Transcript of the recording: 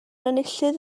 enillydd